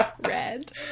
Red